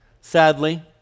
sadly